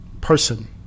person